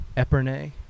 Epernay